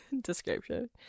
Description